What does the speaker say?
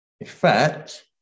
effect